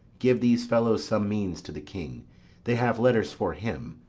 give these fellows some means to the king they have letters for him.